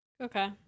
Okay